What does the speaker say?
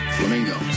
Flamingo